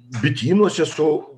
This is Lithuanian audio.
bitynuose su